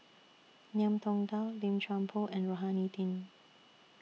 Ngiam Tong Dow Lim Chuan Poh and Rohani Din